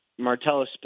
Martellus